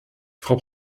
frau